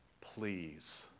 please